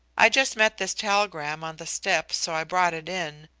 i just met this telegram on the steps, so i brought it in.